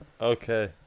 okay